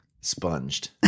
Sponged